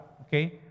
Okay